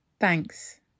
Thanks